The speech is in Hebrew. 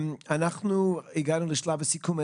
אנחנו הגענו לשלב הסיכום,